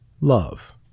love